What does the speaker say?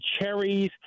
cherries